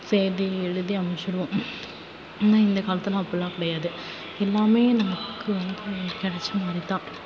செய்தி எழுதி அனுப்பிச்சுடுவோம் ஆனால் இந்த காலத்தில் அப்பட்லாம் கிடையாது எல்லாமே நமக்கு வந்து கிடச்சமாரி தான்